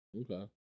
Okay